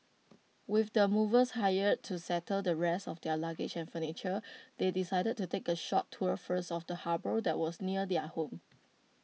with the movers hired to settle the rest of their luggage and furniture they decided to take A short tour first of the harbour that was near their home